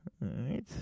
right